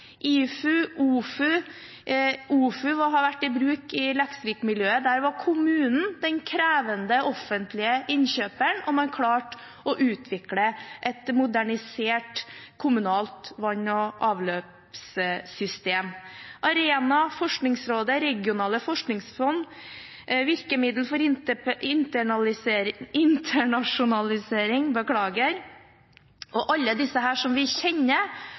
OFU har vært i bruk i Leksvik-miljøet. Der var kommunen den krevende offentlige innkjøperen, og man klarte å utvikle et modernisert kommunalt vann- og avløpssystem. Arena, Forskningsrådet, regionale forskningsfond, virkemiddel for internasjonalisering og alle disse som vi kjenner,